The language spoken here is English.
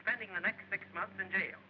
spending the next six months in jail